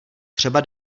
třeba